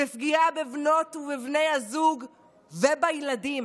בפגיעה בבנות ובני הזוג ובילדים.